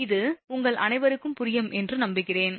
இது உங்கள் அனைவருக்கும் புரியும் என்று நம்புகிறேன்